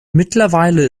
mittlerweile